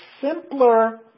simpler